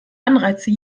anreize